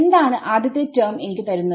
എന്താണ് ആദ്യത്തെ ടെർമ് എനിക്ക് തരുന്നത്